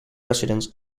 residents